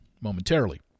momentarily